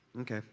Okay